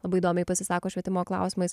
labai įdomiai pasisako švietimo klausimais